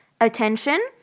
attention